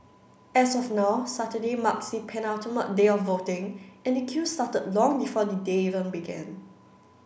as of now Saturday marks the penultimate day of voting and the queue started long before the day even began